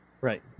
Right